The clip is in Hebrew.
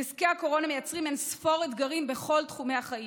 נזקי הקורונה מייצרים אין ספור אתגרים בכל תחומי החיים.